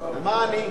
ומה אני?